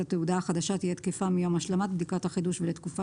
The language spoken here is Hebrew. התעודה החדשה תהיה תקפה מיום השלמת בדיקת החידוש ולתקופה